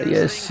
Yes